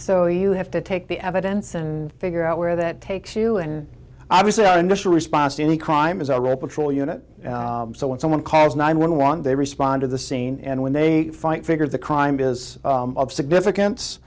so you have to take the evidence and figure out where that takes you and obviously our initial response to any crime is a reputable unit so when someone calls nine one one they respond to the scene and when they fight figured the crime is of significance